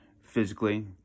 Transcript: Physically